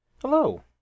Hello